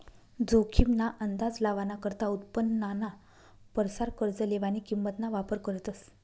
जोखीम ना अंदाज लावाना करता उत्पन्नाना परसार कर्ज लेवानी किंमत ना वापर करतस